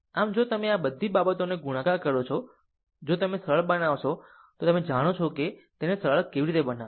આમ જો તમે આ બધી બાબતોને ગુણાકાર કરો છો જો તમે સરળ બનાવશો તો તમે જાણો છો કે તેને સરળ કેવી રીતે બનાવવું